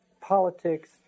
politics